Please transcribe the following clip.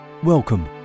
Welcome